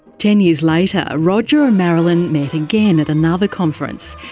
ten years later, roger and marilyn met again at another conference,